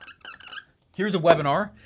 here's a webinar,